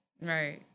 Right